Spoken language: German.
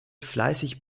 fleißig